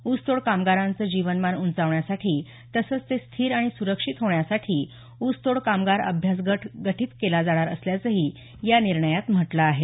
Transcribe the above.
ऊसतोड कामगारांचं जीवनमान उंचावण्यासाठी तसंच ते स्थिर आणि सुरक्षित होण्यासाठी ऊसतोड कामगार अभ्यास गट गठित केला जाणार असल्याचंही या निर्णयात म्हटलं आहे